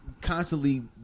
constantly